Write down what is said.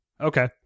okay